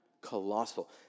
colossal